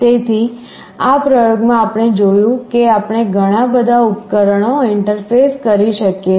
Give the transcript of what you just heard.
તેથી આ પ્રયોગમાં આપણે જોયું કે આપણે ઘણા બધા ઉપકરણો ઇન્ટરફેસ કરી શકીએ છે